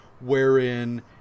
wherein